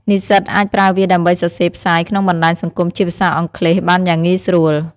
និស្សិតអាចប្រើវាដើម្បីសរសេរផ្សាយក្នុងបណ្ដាញសង្គមជាភាសាអង់គ្លេសបានយ៉ាងងាយស្រួល។